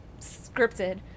scripted